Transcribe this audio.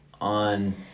on